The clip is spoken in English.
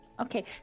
Okay